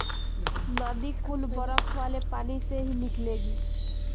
नदी कुल बरफ वाले पानी से ही निकलेली